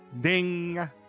ding